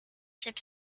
chip